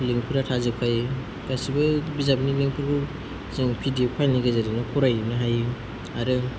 लिंकफोरा थाजोबखायो गासिबो बिजाबनि मिनिंखौ जों पि डि एफ फाइलनि गेजेरजोंनो फरायो आरो